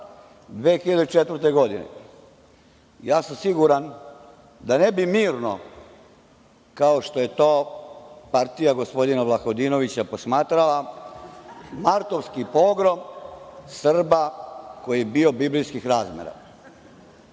2004. godine, siguran sam da ne bi mirno, kao što je to partija gospodina Vlahodinovića, posmatrala martovski pogrom Srba koji je bio biblijskih razmera.